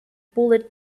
bullet